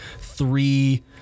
three